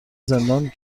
زندان